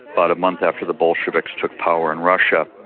but a month after the bolsheviks took power in russia,